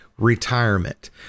Retirement